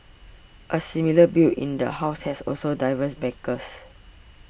a similar bill in the House also has diverse backers